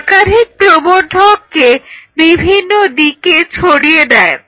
একাধিক প্রবর্ধককে বিভিন্ন দিকে ছড়িয়ে দেয়